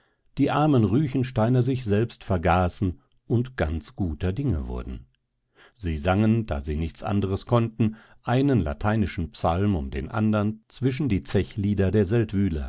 die armen ruechensteiner sich selbst vergaßen und ganz guter dinge wurden sie sangen da sie nichts anderes konnten einen lateinischen psalm um den andern zwischen die zechlieder der